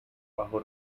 bajo